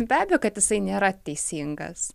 be abejo kad jisai nėra teisingas